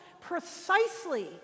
precisely